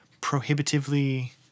prohibitively